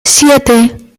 siete